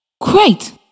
Great